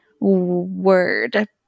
word